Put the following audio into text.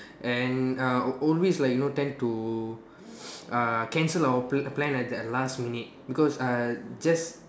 and uh always like you know tend to uh cancel our plan plan at that last minute because uh just